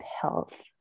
health